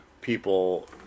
people